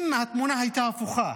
אם התמונה הייתה הפוכה,